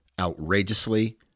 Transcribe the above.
outrageously